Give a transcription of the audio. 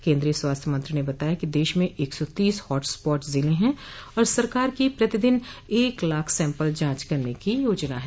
केन्द्रीय स्वास्थ्य मंत्री ने बताया कि देश में एक सौ तीस हॉट स्पॉट जिले हैं और सरकार की प्रतिदिन एक लाख सैंपल जांच करने की योजना है